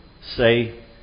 say